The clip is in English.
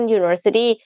University